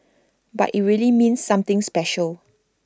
but IT really means something special